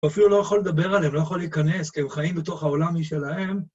או אפילו לא יכול לדבר עליהם, לא יכול להיכנס, כי הם חיים בתוך העולם משלהם.